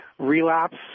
Relapse